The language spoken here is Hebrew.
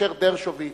כאשר דרשוביץ,